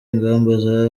ingamba